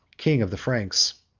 king of the franks.